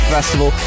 Festival